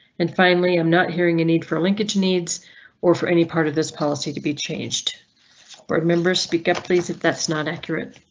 and finally, i'm not hearing a need for linkage needs or for any part of. policy to be changed or members speak up, please. if that's not accurate.